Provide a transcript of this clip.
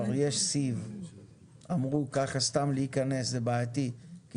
שזה בעייתי כך סתם להיכנס במצב שכבר יש